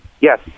Yes